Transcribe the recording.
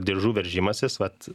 diržų veržimasis vat